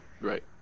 right